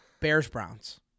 Bears-Browns